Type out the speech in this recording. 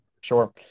Sure